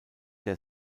der